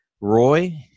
Roy